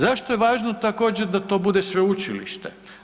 Zašto je važno, također, da to bude sveučilište?